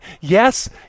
yes